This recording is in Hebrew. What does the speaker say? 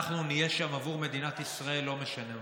אנחנו נהיה שם עבור מדינת ישראל, לא משנה מה.